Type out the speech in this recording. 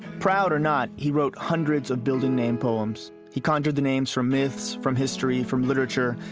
proud or not, he wrote hundreds of building name poems. he conjured the names from myths, from history, from literature,